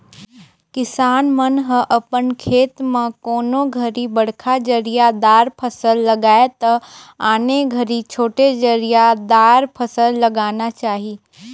किसान मन ह अपन खेत म कोनों घरी बड़खा जरिया दार फसल लगाये त आने घरी छोटे जरिया दार फसल लगाना चाही